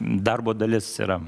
darbo dalis yra